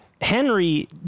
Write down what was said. Henry